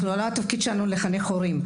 לא התפקיד שלנו לחנך הורים.